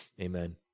Amen